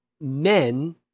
Men